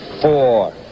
four